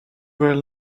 del